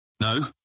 No